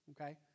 okay